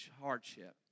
hardship